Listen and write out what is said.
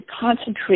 concentrate